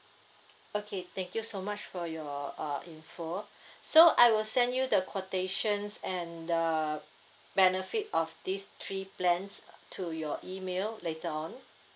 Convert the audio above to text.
okay thank you so much for your uh info so I will send you the quotations and the benefit of these three plans to your email later on